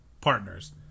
partners